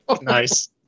nice